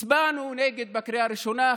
הצבענו נגד בקריאה הראשונה,